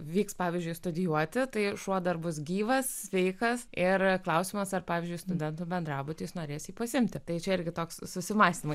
vyks pavyzdžiui studijuoti tai šuo dar bus gyvas sveikas ir klausimas ar pavyzdžiui studentų bendrabutį jis norės pasiimti tai čia irgi toks susimąstymui